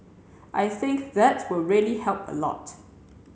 I think that will really help a lot